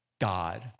God